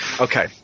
okay